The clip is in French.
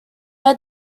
est